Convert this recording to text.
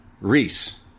Reese